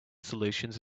solutions